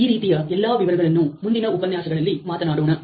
ಈ ರೀತಿಯ ಎಲ್ಲ ವಿವರಗಳನ್ನು ಮುಂದಿನ ಉಪನ್ಯಾಸಗಳಲ್ಲಿ ಮಾತನಾಡೋಣ